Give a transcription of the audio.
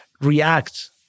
react